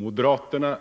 Moderaterna